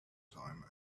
time